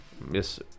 Miss